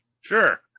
Sure